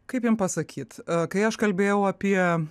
kaip jum pasakyt kai aš kalbėjau apie